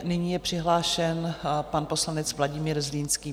Nyní je přihlášen pan poslanec Vladimír Zlínský.